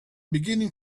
beginning